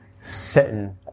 sitting